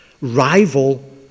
rival